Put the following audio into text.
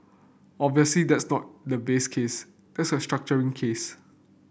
obviously that's not the base case that's the structuring case